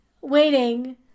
Waiting